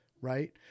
right